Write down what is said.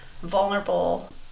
vulnerable